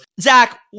Zach